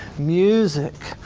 music,